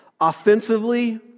Offensively